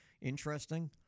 Interesting